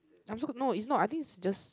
I'm also don't know is not I think is just